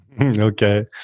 Okay